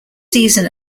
season